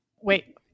Wait